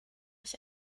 ich